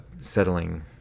settling